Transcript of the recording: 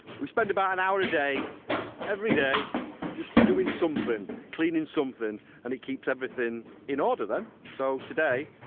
we spend about an hour a day every day just doing something, cleaning something and it keeps everything in order then so today